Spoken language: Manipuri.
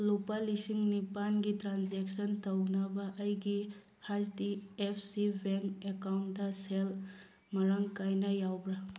ꯂꯨꯄꯥ ꯂꯤꯁꯤꯡ ꯅꯤꯄꯥꯟꯒꯤ ꯇ꯭ꯔꯥꯟꯖꯦꯛꯁꯟ ꯇꯧꯅꯕ ꯑꯩꯒꯤ H D F C bank ꯑꯦꯀꯥꯎꯟꯗ ꯁꯦꯜ ꯃꯔꯥꯡ ꯀꯥꯏꯅ ꯌꯥꯎꯕ꯭ꯔꯥ